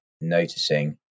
noticing